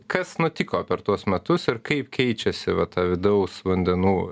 kas nutiko per tuos metus ir kaip keičiasi vat ta vidaus vandenų